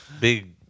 big